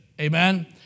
amen